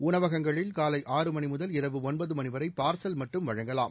உணவகங்களில் காலை ஆறு மணிமுதல் இரவு ஒன்பதுமணிவரைபாா்சல் மட்டும் வழங்கலாம்